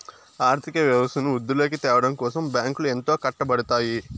ఆర్థిక వ్యవస్థను వృద్ధిలోకి త్యావడం కోసం బ్యాంకులు ఎంతో కట్టపడుతాయి